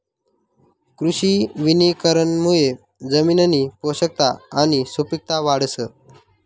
कृषी वनीकरणमुये जमिननी पोषकता आणि सुपिकता वाढस